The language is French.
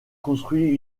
construit